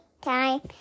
time